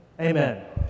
Amen